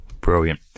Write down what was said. Brilliant